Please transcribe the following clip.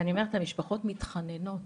ואני אומרת, המשפחות מתחננות.